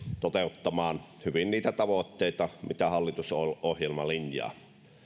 toteuttamaan hyvin niitä tavoitteita mitä hallitusohjelma linjaa